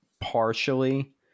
partially